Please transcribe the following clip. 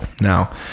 Now